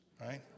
right